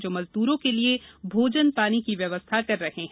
जो मजद्रों को भोजन पानी की व्यवस्था कर रहे हैं